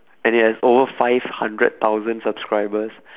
and it has over five hundred thousand subscribers